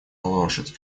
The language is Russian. лошадь